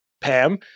Pam